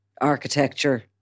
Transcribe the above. architecture